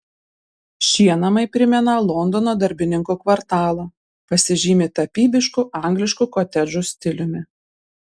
šie namai primena londono darbininkų kvartalą pasižymi tapybišku angliškų kotedžų stiliumi